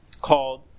called